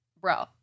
bro